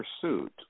pursuit